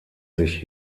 sich